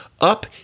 up